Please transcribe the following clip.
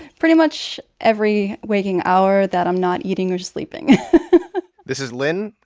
pretty much every waking hour that i'm not eating or sleeping this is lynne.